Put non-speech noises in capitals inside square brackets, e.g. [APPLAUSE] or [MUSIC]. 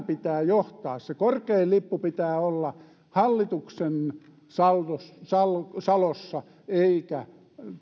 [UNINTELLIGIBLE] pitää johtaa sen korkeimman lipun pitää olla hallituksen salossa eikä